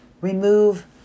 remove